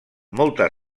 moltes